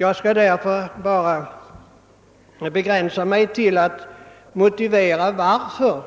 Jag skall därför begränsa mig till att förklara varför